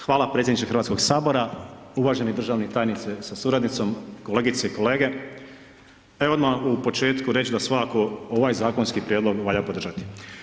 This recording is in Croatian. Hvala predsjedniče Hrvatskog sabora, uvaženi državni tajniče sa suradnicom, kolegice i kolege, evo odmah u početku reć da svakako ovaj zakonski prijedlog valja podržati.